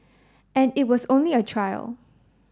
and it was only a trial